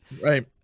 Right